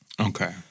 Okay